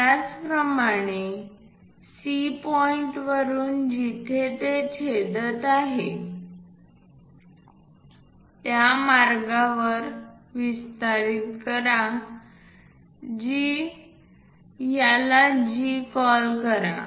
त्याचप्रमाणे C point वरून जिथे ती छेदत आहे त्या मार्गावर विस्तारित करा जी याला G कॉल करा